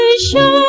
Show